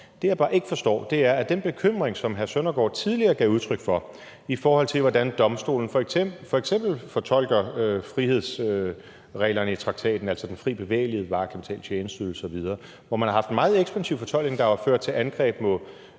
Det, jeg bare ikke forstår, er, at den bekymring, som hr. Søren Søndergaard tidligere gav udtryk for, i forhold til hvordan domstolen f.eks. fortolker frihedsreglerne i traktaten, altså den fri bevægelighed, varer, kapital, tjenesteydelser osv., hvor man har haft en meget ekspansiv fortolkning, der jo har ført til angreb mod